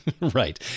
Right